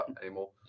anymore